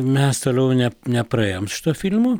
mes toliau ne nepraėjom šito filmo